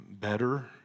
Better